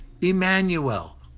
Emmanuel